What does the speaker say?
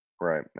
right